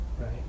right